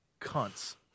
cunts